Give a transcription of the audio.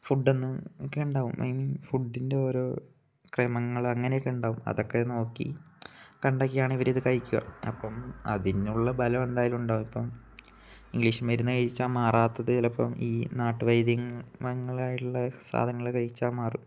ഫുഡൊന്നും ഒക്കെ ഉണ്ടാവും ഐ മീൻ ഫുഡിൻ്റെ ഓരോ ക്രമങ്ങൾ അങ്ങനെയൊക്കെ ഉണ്ടാവും അതൊക്കെ നോക്കി കണ്ടൊക്കെയാണ് ഇവർ ഇത് കഴിക്കുക അപ്പം അതിനുള്ള ബലം എന്തായാലും ഉണ്ടാവും ഇപ്പം ഇംഗ്ലീഷ് മരുന്ന് കഴിച്ചാൽ മാറാത്തത് ചിലപ്പം ഈ നാട്ടു വൈദ്യങ്ങളായിട്ടുള്ള സാധനങ്ങൾ കഴിച്ചാൽ മാറും